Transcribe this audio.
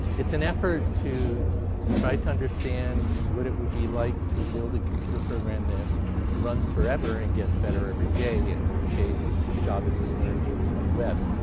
it's an effort to try to understand what it would be like to build a computer program that runs forever and gets better every day. in this case, its job is to learn to read the web.